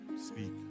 Speak